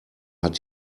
hat